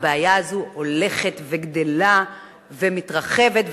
הבעיה הזאת הולכת וגדלה ומתרחבת,